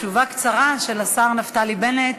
תשובה קצרה של השר נפתלי בנט.